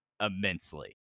immensely